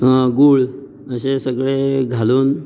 गूळ अशें सगळें घालून